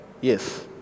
yes